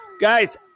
Guys